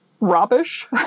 rubbish